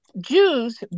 Jews